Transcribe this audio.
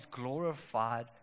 glorified